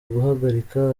guhagarika